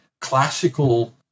classical